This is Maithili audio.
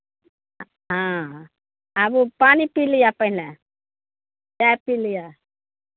हँ आबू पानि पी लिअ पहिने चाय पी लिअ